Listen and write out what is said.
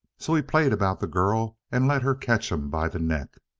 so he played about the girl and let her catch him by the neck.